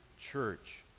church